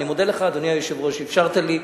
אני מודה לך, אדוני היושב-ראש, שאפשרת לי.